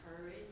courage